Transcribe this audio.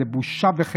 זו בושה וחרפה.